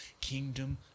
kingdom